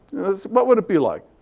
but would it be like?